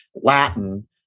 Latin